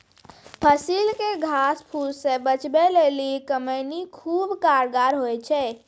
फसिल के घास फुस से बचबै लेली कमौनी खुबै कारगर हुवै छै